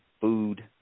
food